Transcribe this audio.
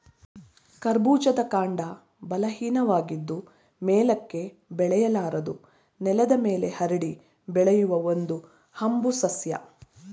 ಕರ್ಬೂಜದ ಕಾಂಡ ಬಲಹೀನವಾಗಿದ್ದು ಮೇಲಕ್ಕೆ ಬೆಳೆಯಲಾರದು ನೆಲದ ಮೇಲೆ ಹರಡಿ ಬೆಳೆಯುವ ಒಂದು ಹಂಬು ಸಸ್ಯ